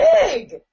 big